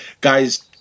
guys